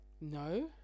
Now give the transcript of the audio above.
No